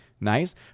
Nice